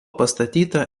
pastatyta